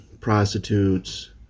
prostitutes